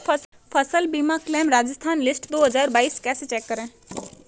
फसल बीमा claim Rajasthan list दो हज़ार बाईस कैसे चेक करें?